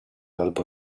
albo